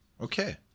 Okay